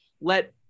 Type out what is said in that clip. let